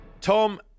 Tom